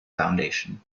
foundation